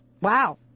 Wow